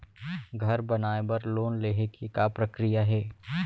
घर बनाये बर लोन लेहे के का प्रक्रिया हे?